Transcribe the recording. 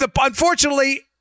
Unfortunately